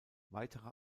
weitere